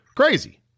crazy